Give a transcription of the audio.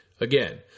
Again